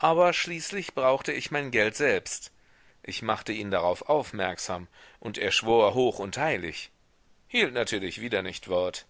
aber schließlich brauchte ich mein geld selbst ich machte ihn darauf aufmerksam und er schwor hoch und heilig hielt natürlich wieder nicht wort